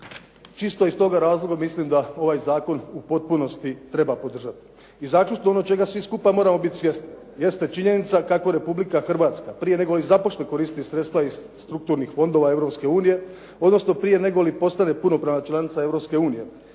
čisto iz toga razloga mislim da ovaj zakon u potpunosti treba podržati. I zaključno, ono čega svi skupa moramo biti svjesni jeste činjenica kako Republika Hrvatska prije nego li započne koristiti sredstva iz strukturnih fondova Europske unije odnosno prije nego li postane punopravna članica